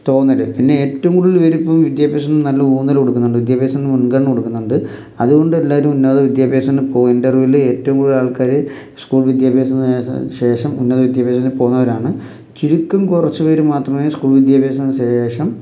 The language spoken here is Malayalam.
തോന്നൽ പിന്നെ ഏറ്റവും കൂടുതൽ പേര് ഇപ്പം വിദ്യാഭ്യാസത്തിന് നല്ല ഊന്നൽ കൊടുക്കുന്നുണ്ട് വിദ്യാഭ്യാസത്തിന് മുൻഗണന കൊടുക്കുന്നുണ്ട് അതുകൊണ്ട് എല്ലാവരും ഉന്നത വിദ്യാഭ്യാസത്തിന് ഇൻ്റർവ്യൂവിൽ ഏറ്റവും കൂടുതൽ ആൾക്കാർ സ്കൂൾ വിദ്യാഭ്യാസത്തിന് ശേഷം ഉന്നത വിദ്യാഭ്യാസത്തിന് പോകുന്നവരാണ് ചുരുക്കം കുറച്ചു പേര് മാത്രമേ സ്കൂൾ വിദ്യാഭ്യാസത്തിന് ശേഷം